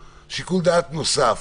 נוסף,